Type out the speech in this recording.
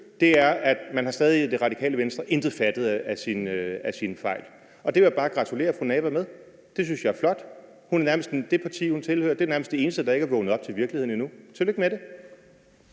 er, at man i Radikale Venstre stadig intet har fattet af sine fejl. Det vil jeg bare gratulere fru Samira Nawa med. Det synes jeg er flot. Det parti, hun tilhører, er nærmest det eneste, der ikke er vågnet op til virkeligheden endnu. Tillykke med det.